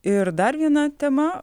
ir dar viena tema